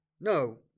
no